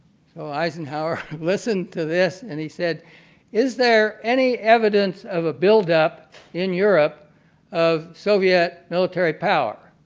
so eisenhower listened to this and he said is there any evidence of a buildup in europe of soviet military power?